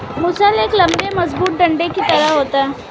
मूसल एक लम्बे मजबूत डंडे की तरह होता है